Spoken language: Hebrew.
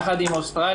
יחד עם אוסטרליה,